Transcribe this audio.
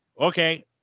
okay